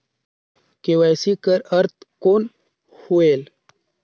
KYC कर अर्थ कौन होएल?